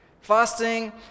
Fasting